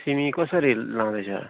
सिमी कसरी लाँदैछ